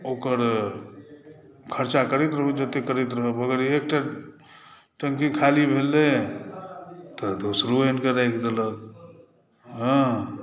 ओकर खरचा करैत रहू जतेक करैत रहब अगर एकटा टंकी ख़ाली भेलै तऽ दोसरो आनिकऽ राखि देलक हँ